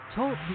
Talk